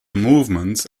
movements